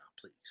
Please